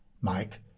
Mike